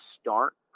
start